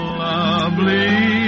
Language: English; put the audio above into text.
lovely